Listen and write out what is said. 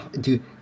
Dude